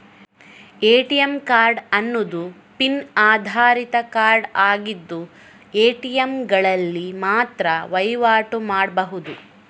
ATM card ಅನ್ನುದು pin ಆಧಾರಿತ card ಆಗಿದ್ದು ಎ.ಟಿ.ಎಂಗಳಲ್ಲಿ ಮಾತ್ರ ವೈವಾಟು ಮಾಡ್ಬಹುದು